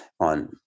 on